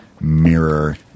mirror